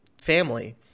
family